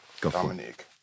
Dominique